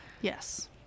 Yes